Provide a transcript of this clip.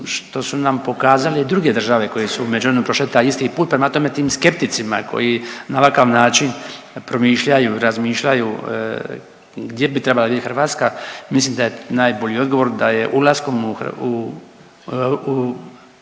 što su nam pokazale i druge države koje su u međuvremenu prošle taj isti put. Prema tome, tim skepticima koji na ovakav način promišljaju, razmišljaju, gdje bi trebala biti Hrvatska mislim da je najbolji odgovor da je ulaskom u EU Hrvatska